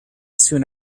soon